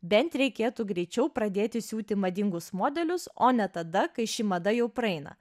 bent reikėtų greičiau pradėti siūti madingus modelius o ne tada kai ši mada jau praeina